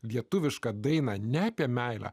lietuvišką dainą ne apie meilę